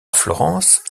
florence